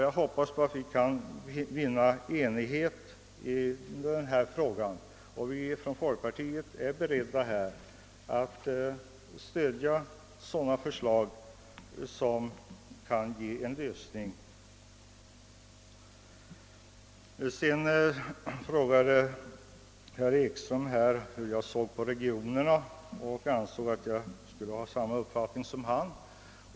Jag hoppas att vi kan vinna enighet i denna fråga. Inom folkpartiet är vi beredda att stödja sådana förslag som kan ge en lösning. Herr Ekström frågade också hur jag såg på frågan om regionerna och menade att jag borde ha samma uppfattning som han.